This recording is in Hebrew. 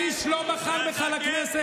איש לא בחר בך לכנסת.